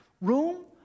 room